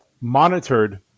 monitored